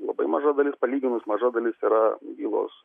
labai maža dalis palyginus maža dalis yra bylos